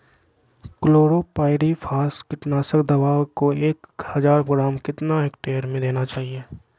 Chlorpyrifos कीटनाशक दवा को एक हज़ार ग्राम कितना हेक्टेयर में देना चाहिए?